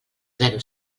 zero